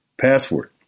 password